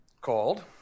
called